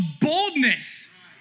boldness